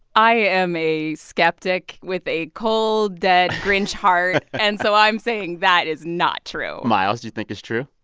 i am a skeptic with a cold, dead. grinch heart. and so i'm saying that is not true miles, do you think it's true?